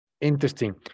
Interesting